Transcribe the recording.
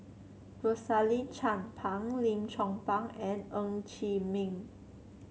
Rosaline Chan Pang Lim Chong Pang and Ng Chee Meng